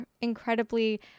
incredibly